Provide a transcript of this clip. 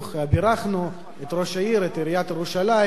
בירכנו את ראש העיר, את עיריית ירושלים,